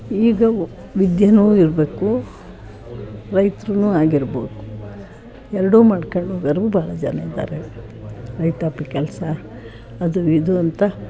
ಈಗ ವಿದ್ಯೆನೂ ಇರಬೇಕು ರೈತ್ರು ಆಗಿರ್ಬೇಕು ಎರಡೂ ಮಾಡ್ಕಂಡ್ ಹೋಗೋರು ಬಹಳ ಜನ ಇದ್ದಾರೆ ರೈತಾಪಿ ಕೆಲಸ ಅದೂ ಇದೂ ಅಂತ